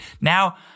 Now